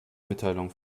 mitteilungen